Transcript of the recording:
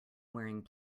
wearing